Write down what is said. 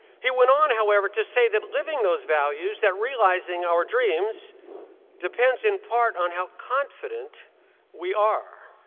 he went on, however, to say that living those values, that realizing our dreams depends in part on how confident we are.